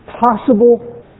possible